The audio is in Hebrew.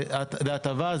זה הטבה,